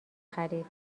خرید